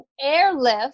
airlift